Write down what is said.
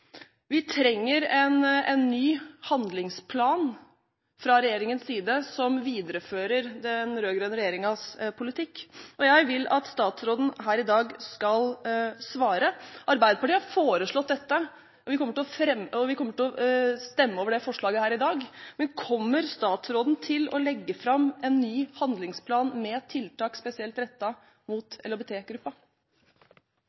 Vi trenger en ny handlingsplan fra regjeringens side som viderefører den rød-grønne regjeringens politikk. Arbeiderpartiet har foreslått dette, og vi kommer til å stemme over det forslaget her i dag, men jeg vil at statsråden her i dag skal svare på om hun kommer til å legge fram en ny handlingsplan med tiltak spesielt rettet mot